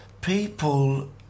people